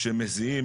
שמזיעים,